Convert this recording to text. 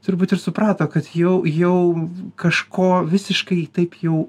turbūt ir suprato kad jau jau kažko visiškai taip jau